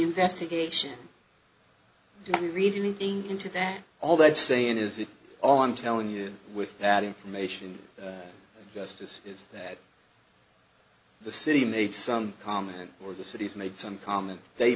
investigation do you read anything into that all that saying is it all i'm telling you with that information justice is that the city made some comment or the city's made some comment they